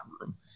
room